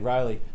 Riley